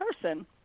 person